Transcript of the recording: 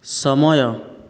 ସମୟ